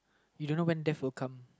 you don't know when death will come